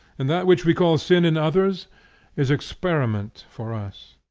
and that which we call sin in others is experiment for us.